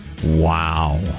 Wow